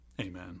Amen